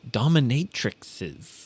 dominatrixes 。